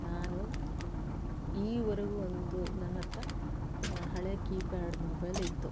ನಾನು ಈವರೆಗೂ ಒಂದು ನನ್ನತ್ರ ಹಳೆಯ ಕೀಪ್ಯಾಡ್ ಮೊಬೈಲ್ ಇತ್ತು